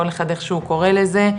כל אחד איך שהוא קורא לזה,